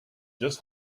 just